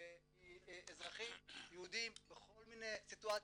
מאזרחים יהודים בכל מיני סיטואציות,